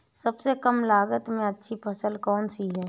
सबसे कम लागत में अच्छी फसल कौन सी है?